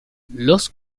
los